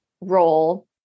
role